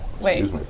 Wait